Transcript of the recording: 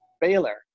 Baylor